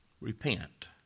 Repent